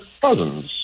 cousins